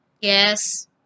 Yes